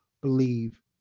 believe